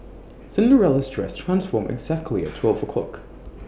Cinderella's dress transformed exactly at twelve o' clock